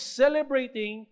celebrating